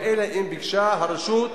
בבקשה, אדוני.